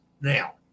Now